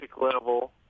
level